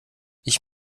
ich